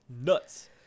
Nuts